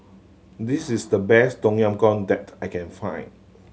this is the best Tom Yam Goong that I can find